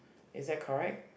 is that correct